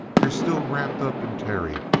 you're still wrapped up in terry,